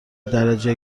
درجه